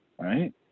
right